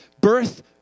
Birth